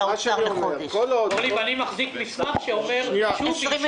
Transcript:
אני מחזיק מסמך שאומר שביקשו.